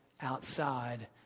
outside